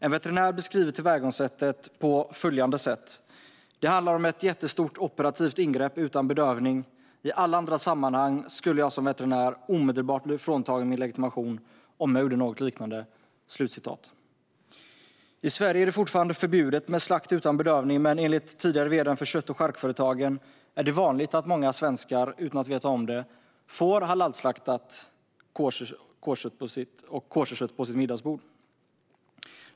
En veterinär beskriver tillvägagångssättet på följande sätt: Det handlar om ett jättestort operativt ingrepp utan bedövning. I alla andra sammanhang skulle jag som veterinär omedelbart bli fråntagen min legitimation om jag gjorde något liknande. I Sverige är det fortfarande förbjudet med slakt utan bedövning, men enligt tidigare vd:n för Kött och Charkföretagen är det vanligt att många svenskar utan att veta om det får halalslaktat kött eller koscherkött på sitt middagsbord.